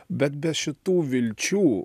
bet be šitų vilčių